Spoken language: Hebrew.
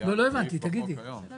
נראה